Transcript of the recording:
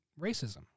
racism